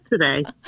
today